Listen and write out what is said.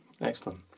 Excellent